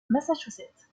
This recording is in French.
massachusetts